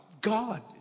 God